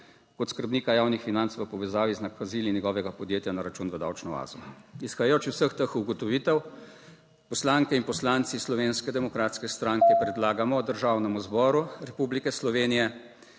kot skrbnika javnih financ v povezavi z nakazili njegovega podjetja na račun v davčno oazo. Izhajajoč iz vseh teh ugotovitev poslanke in poslanci Slovenske demokratske stranke predlagamo Državnemu zboru Republike Slovenije,